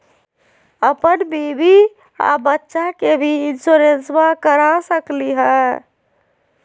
अपन बीबी आ बच्चा के भी इंसोरेंसबा करा सकली हय?